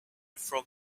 from